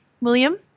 William